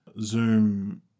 Zoom